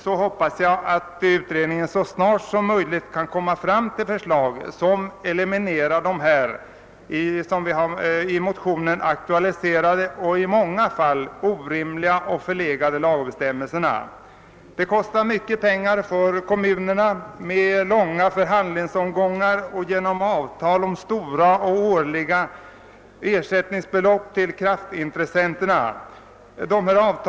Jag hoppas att utredningen så snart som möjligt kan lägga fram förslag som eliminerar de i motionen aktualiserade bristerna i de i många fall orimliga och förlegade lagbestämmelserna. Långa förhandlingsomgångar och avtal om stora årliga ersättningsbelopp till kraftintressenterna = kostar mycket pengar för kommunerna.